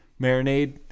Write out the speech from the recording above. marinade